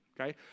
okay